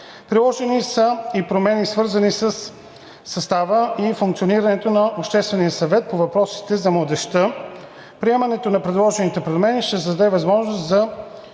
Предложени са и промени, свързани със състава и функционирането на Обществения съвет по въпросите за младежта. Приемането на предложените промени ще създаде възможност за